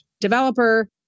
developer